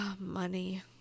money